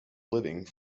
living